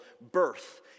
birth